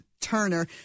turner